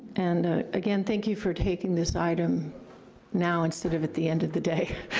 and again, thank you for taking this item now instead of at the end of the day.